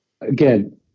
again